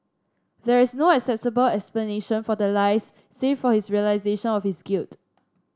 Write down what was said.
there is no acceptable explanation for the lies save for his realisation of his guilt